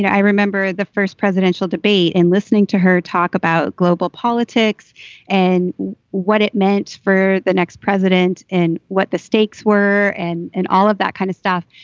i remember the first presidential debate and listening to her talk about global politics and what it meant for the next president and what the stakes were and and all of that kind of stuff.